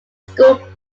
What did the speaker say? school